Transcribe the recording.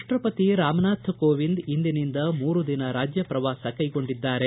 ರಾಷ್ಟಪತಿ ರಾಮನಾಥ್ ಕೋವಿಂದ್ ಇಂದಿನಿಂದ ಮೂರು ದಿನ ರಾಜ್ಯ ಪ್ರವಾಸ ಕೈಗೊಂಡಿದ್ದಾರೆ